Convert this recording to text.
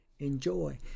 enjoy